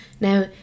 Now